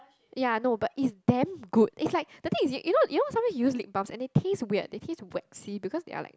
ya I know but is damn good is like the thing you know you know sometimes you use lip balm and the taste is weird the taste will waxy because they are like